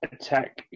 Attack